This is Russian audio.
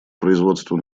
производству